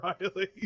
Riley